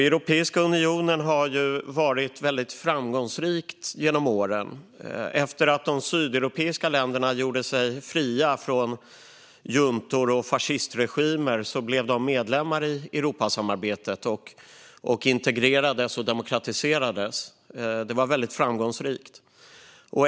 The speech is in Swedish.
Europeiska unionen har varit väldigt framgångsrik genom åren. Efter att de sydeuropeiska länderna gjorde sig fria från juntor och fascistregimer blev de medlemmar i Europasamarbetet och integrerades och demokratiserades. Detta har varit mycket framgångsrikt.